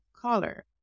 color